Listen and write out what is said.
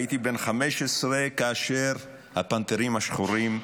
הייתי בן 15 כאשר הפנתרים השחורים הוקמו,